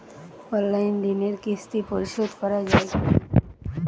Online ঋণের কিস্তি পরিশোধ করা যায় কি?